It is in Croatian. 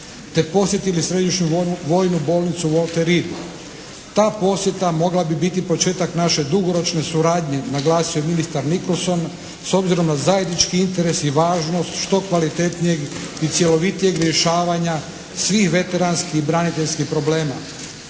Te posjetili središnju vojnu bolnicu u … /Govornik se ne razumije./ … Ta posjeta mogla bi biti početak naše dugoročne suradnje, naglasio je ministar Nickolson, s obzirom na zajednički interes i važnost što kvalitetnijeg i cjelovitijeg rješavanja svih veteranskih i braniteljskih problema.